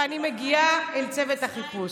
ואני מגיעה אל צוות החיפוש.